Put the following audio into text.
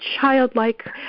childlike